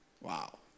Wow